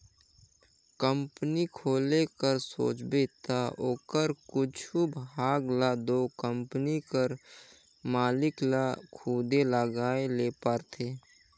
company खोले कर सोचबे ता ओकर कुछु भाग ल दो कंपनी कर मालिक ल खुदे लगाए ले परथे